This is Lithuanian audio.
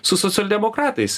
su socialdemokratais